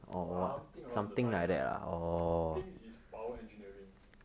something along that line lah think it's power engineering